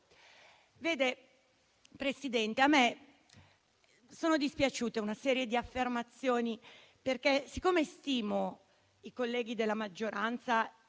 Signor Presidente, a me sono dispiaciute una serie di affermazioni, perché stimo i colleghi della maggioranza